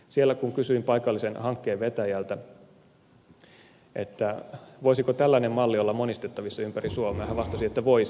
siellä kun kysyin paikallisen hankkeen vetäjältä voisiko tällainen malli olla monistettavissa ympäri suomea hän vastasi että voisi